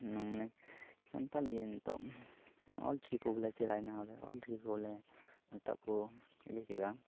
ᱢᱟᱱᱮ ᱥᱟᱱᱛᱟᱲ ᱜᱮ ᱱᱤᱛᱚᱜ ᱱᱚᱣᱟ ᱚᱞᱪᱤᱠᱤ ᱵᱚᱞᱮ ᱥᱮᱲᱟᱭᱮᱱᱟ ᱚᱞᱪᱤᱠᱤ ᱠᱚ ᱵᱚᱞᱮ ᱥᱟᱱᱛᱟᱲ ᱠᱚ ᱤᱭᱟᱹ ᱠᱮᱫᱟ